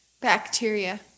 Bacteria